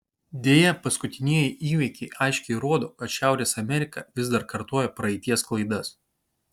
deja paskutinieji įvykiai aiškiai rodo kad šiaurės amerika vis dar kartoja praeities klaidas